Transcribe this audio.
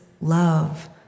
love